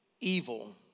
evil